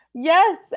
Yes